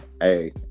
Hey